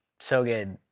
so good,